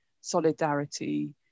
solidarity